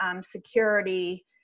security